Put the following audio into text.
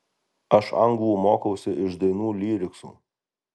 aš anglų mokausi iš dainų lyriksų